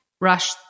rush